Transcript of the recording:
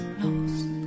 lost